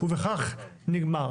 ובכך נגמר.